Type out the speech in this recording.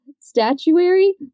Statuary